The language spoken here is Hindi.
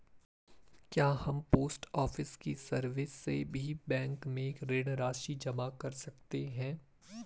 क्या हम पोस्ट ऑफिस की सर्विस से भी बैंक में ऋण राशि जमा कर सकते हैं?